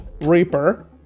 Reaper